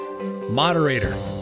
Moderator